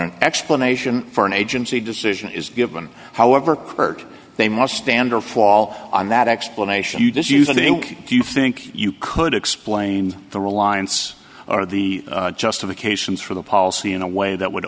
an explanation for an agency decision is given however kirk they must stand or fall on that explanation you does you think do you think you could explain the reliance or the justifications for the policy in a way that would